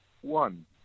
one